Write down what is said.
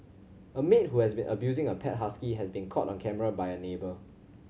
a maid who has been abusing a pet husky has been caught on camera by a neighbour